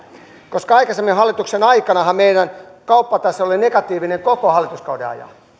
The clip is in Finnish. koska aikaisemman hallituksen aikanahan meidän kauppatase oli negatiivinen koko hallituskauden ajan